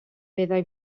meddai